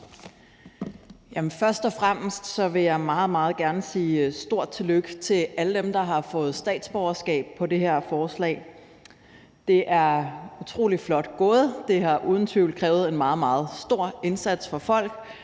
Først og fremmest vil jeg meget gerne sige et stort tillykke til alle dem, der får statsborgerskab ved det her forslag. Det er utrolig flot gået. Det har uden tvivl krævet en meget, meget stor indsats fra folk,